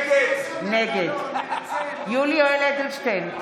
נגד יולי יואל אדלשטיין,